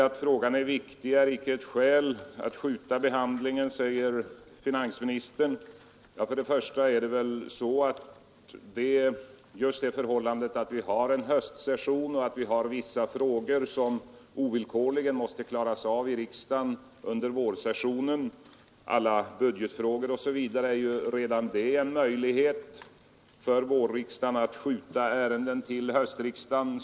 Att frågan är viktig är icke ett skäl att skjuta på behandlingen, säger finansministern. Ja, redan detta att vi har en höstsession och att vissa frågor ovillkorligen måste klaras av under vårsessionen — alla budgetfrågor osv. — innebär ju en möjlighet för oss att skjuta ärenden från vårriksdagen till höstriksdagen.